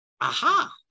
Aha